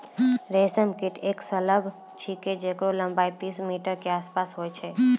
रेशम कीट एक सलभ छिकै जेकरो लम्बाई तीस मीटर के आसपास होय छै